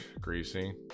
Greasy